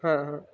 હા હા